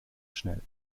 schnell